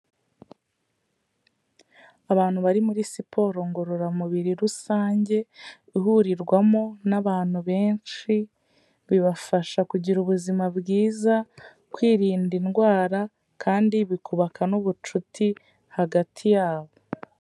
Abantu bari muri siporo ngororamubiri rusange ihurirwamo n'abantu benshi, bibafasha kugira ubuzima bwiza, kwirinda indwara, kandi bikubaka n'ubucuti hagati yabo.